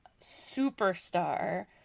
superstar